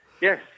Yes